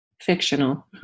fictional